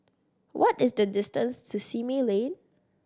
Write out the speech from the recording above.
what is the distance to Simei Lane